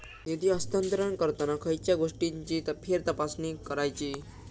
निधी हस्तांतरण करताना खयच्या गोष्टींची फेरतपासणी करायची?